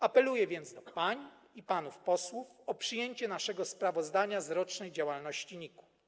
Apeluję więc do pań i panów posłów o przyjęcie naszego sprawozdania z rocznej działalności NIK-u.